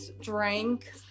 drank